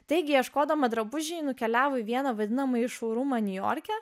taigi ieškodama drabužiai nukeliavo į vieną vadinamąjį niujorke